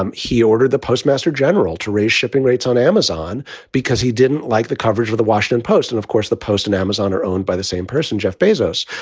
um he ordered the postmaster general to raise shipping rates on amazon because he didn't like the coverage of the washington post. and of course, the post and amazon are owned by the same person, jeff bezos.